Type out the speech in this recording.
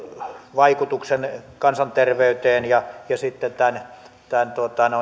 vaikutuksen kansanterveyteen ja ja sitten tämän